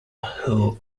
who